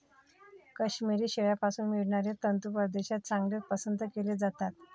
काश्मिरी शेळ्यांपासून मिळणारे तंतू परदेशात चांगलेच पसंत केले जातात